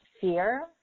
fear